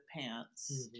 pants